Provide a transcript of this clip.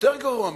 יותר גרוע מזה: